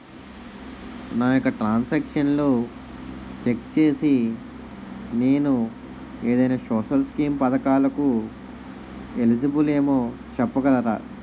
నా యెక్క ట్రాన్స్ ఆక్షన్లను చెక్ చేసి నేను ఏదైనా సోషల్ స్కీం పథకాలు కు ఎలిజిబుల్ ఏమో చెప్పగలరా?